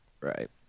Right